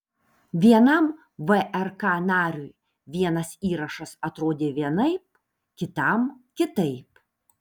vienam vrk nariui vienas įrašas atrodė vienaip kitam kitaip